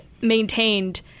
maintained